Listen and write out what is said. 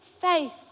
faith